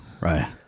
Right